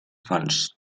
fonts